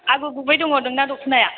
आगार गुबै दङ नोंना दख'नाया